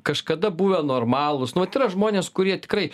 kažkada buvę normalūs nu vat yra žmonės kurie tikrai